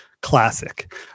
classic